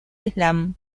islam